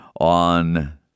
on